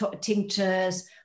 tinctures